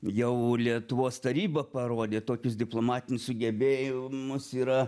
jau lietuvos taryba parodė tokius diplomatinius sugebėjimus yra